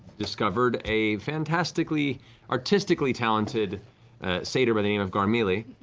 discovered a fantastically artistically talented satyr by the name of garmelie,